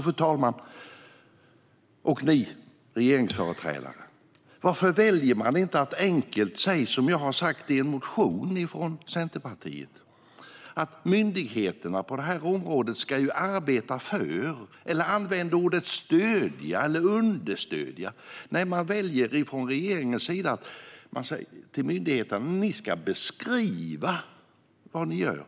Fru talman och ni regeringsföreträdare! Varför väljer man inte att helt enkelt säga som jag har sagt i en motion från Centerpartiet? Vi menar att myndigheterna på området ska använda ord som att "arbeta för", "stödja" eller "understödja". Men man väljer från regeringens sida att säga till myndigheterna att de ska "beskriva" vad de gör.